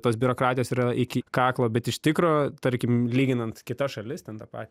tos biurokratijos yra iki kaklo bet iš tikro tarkim lyginant kitas šalis ten tą pa